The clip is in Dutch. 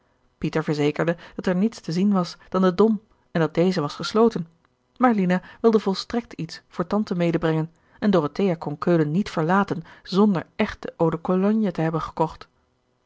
pieter verzekerde dat er niets te zien was dan de dom en dat deze was gesloten maar lina wilde volstrekt iets voor tante medebrengen en dorothea kon keulen niet verlaten zonder echte eau de cologne te hebben gekocht